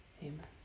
Amen